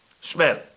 Smell